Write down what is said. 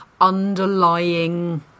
underlying